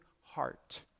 heart